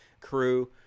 crew